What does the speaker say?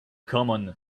common